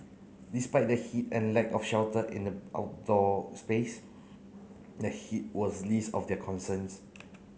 despite the heat and lack of shelter in the outdoor space the heat was least of their concerns